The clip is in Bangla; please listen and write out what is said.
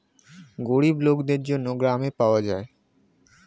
গরিব লোকদের জন্য গ্রামে পাওয়া যায়